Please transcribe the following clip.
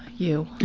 you.